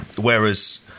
Whereas